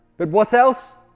but what else?